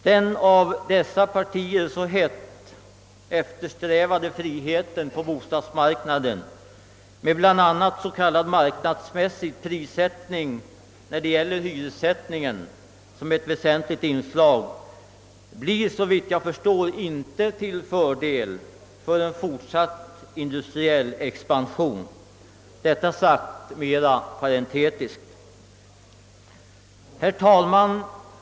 Den av dessa partier så hett eftersträvade friheten på bostadsmarknaden med bl.a. s.k. marknadsmässig prissättning i fråga om hyrorna som ett vä sentligt inslag blir såvitt jag förstår inte till fördel för en fortsatt industriell expansion — detta sagt mera parentetiskt. Herr talman!